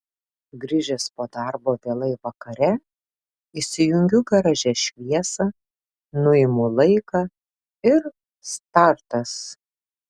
grįžęs po darbo vėlai vakare įsijungiu garaže šviesą nuimu laiką ir startas